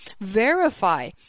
verify